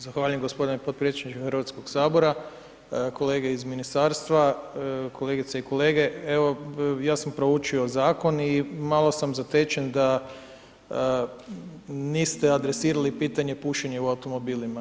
Zahvaljujem gospodine potpredsjedniče Hrvatskog sabora, kolege iz ministarstva, kolegice i kolege evo ja sam proučio zakon i malo sam zatečen da niste adresirali pitanje pušenja u automobilima.